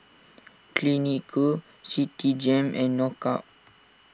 Clinique Citigem and Knockout